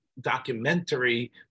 documentary